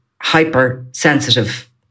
hyper-sensitive